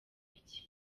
bike